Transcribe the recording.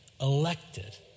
elected